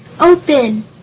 open